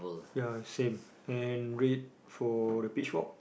ya same and rate for the pitch fork